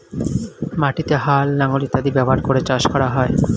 মাটিতে হাল, লাঙল ইত্যাদি ব্যবহার করে চাষ করা হয়